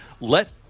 let